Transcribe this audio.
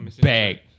bag